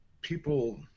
people